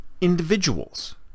individuals